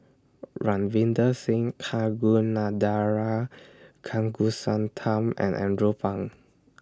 Ravinder Singh Kagunathar Kanagasuntheram and Andrew Phang